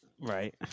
Right